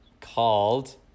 called